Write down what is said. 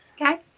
Okay